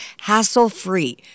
hassle-free